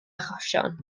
achosion